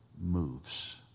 moves